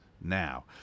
now